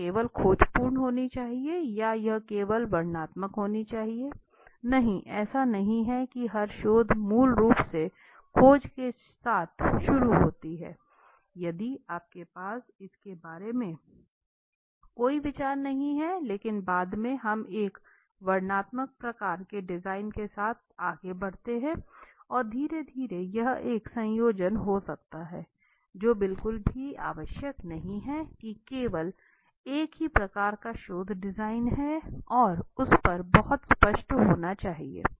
यह केवल खोजपूर्ण होनी चाहिए या यह केवल वर्णनात्मक होनी चाहिए नहीं ऐसा नहीं है कि हर शोध मूल रूप से खोज के साथ शुरू होती है यदि आपके पास इसके बारे में कोई विचार नहीं है लेकिन बाद में हम एक वर्णनात्मक प्रकार के डिजाइन के साथ आगे बढ़ते हैं और धीरे धीरे यह एक संयोजन हो सकता है जो बिल्कुल भी आवश्यक नहीं है की केवल एक ही प्रकार का शोध डिजाइन है और उस पर बहुत स्पष्ट होना चाहिए